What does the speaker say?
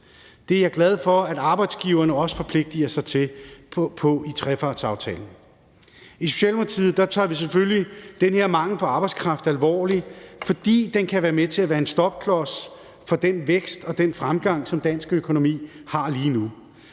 Det er jeg glad for at arbejdsgiverne også forpligter sig til i trepartsaftalen. I Socialdemokratiet tager vi selvfølgelig den her mangel på arbejdskraft alvorligt, fordi den kan være med til at være en stopklods for den vækst og den fremgang, som dansk økonomi har lige nu.